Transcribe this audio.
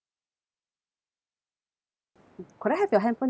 mm okay s~ mm could I have your handphone number again